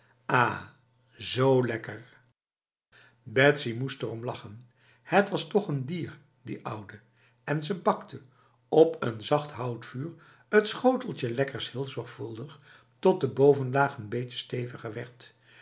ah zo lekkerf betsy moest erom lachen het was toch een dier die oude en ze bakte op een zacht houtvuur t schoteltje lekkers heel zorgvuldig tot de bovenlaag n beetje steviger werd